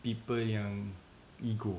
people yang ego